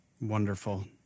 Wonderful